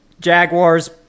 Jaguars